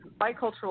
bicultural